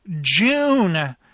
June